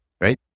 right